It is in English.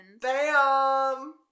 Bam